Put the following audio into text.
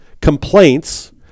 complaints